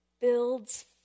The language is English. builds